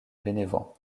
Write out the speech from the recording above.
bénévent